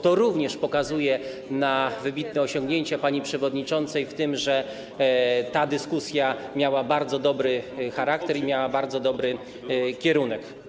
To również pokazuje wybitne osiągnięcia pani przewodniczącej - ta dyskusja miała bowiem bardzo dobry charakter i miała bardzo dobry kierunek.